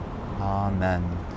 Amen